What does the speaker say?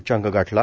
उच्चांक गाठला